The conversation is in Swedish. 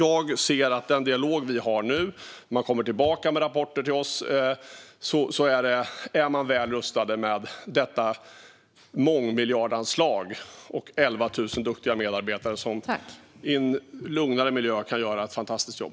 Utifrån vår dialog och de rapporter vi får från Arbetsförmedlingen bedömer jag att man är väl rustad i och med ett mångmiljardanslag och sina 11 000 duktiga medarbetare, som i en lugnare miljö kan göra ett fantastiskt jobb.